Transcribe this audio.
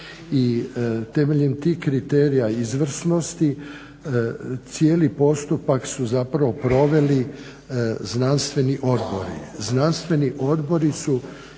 temeljem tih kriterija izvršnosti cijeli postupak su zapravo proveli Znanstveni odbori.